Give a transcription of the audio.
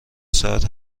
ساعت